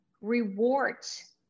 rewards